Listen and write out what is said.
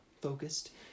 focused